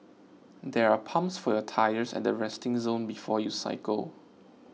there are pumps for your tyres at the resting zone before you cycle